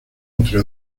entre